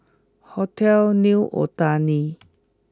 hotel New Otani